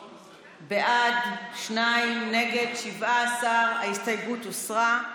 בעד, שניים, נגד, 17. ההסתייגות הוסרה.